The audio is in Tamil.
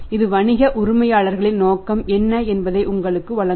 இது வணிக உரிமையாளர்களின் நோக்கம் என்ன என்பதை உங்களுக்கு வழங்கும்